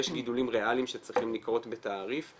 יש גידולים ריאלים שצריכים לקרות בתעריף.